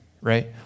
right